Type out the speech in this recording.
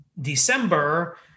December